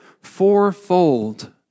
fourfold